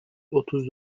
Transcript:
otuz